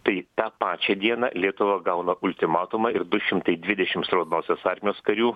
tai tą pačią dieną lietuva gauna ultimatumą ir du šimtai dvidešimts raudonosios armijos karių